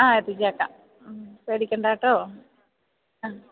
ആ എത്തിച്ചേക്കാം മ് പേടിക്കേണ്ട കേട്ടോ മ്